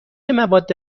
مواد